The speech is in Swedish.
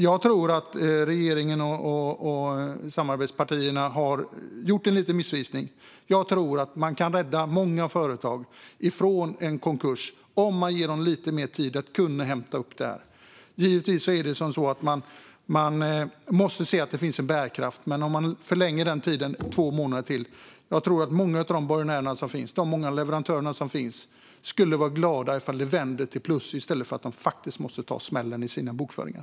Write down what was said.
Jag tror att regeringen och samarbetspartierna har gjort en missvisning, och jag tror att man kan rädda många företag från konkurs om man ger dem lite mer tid att hämta upp. Givetvis måste man se att det finns en bärkraft, men om man förlänger tiden två månader till tror jag att många av borgenärerna och leverantörerna skulle bli glada om det vänder till plus i stället för att de faktiskt måste ta smällen i sina bokföringar.